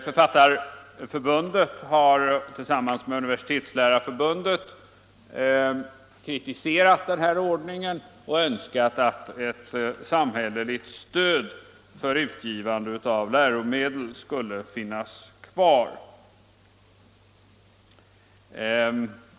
Författarförbundet har tillsammans med Universitetslärarförbundet kritiserat denna ordning och önskat att ett samhälleligt stöd för utgivande av läromedel skulle finnas kvar.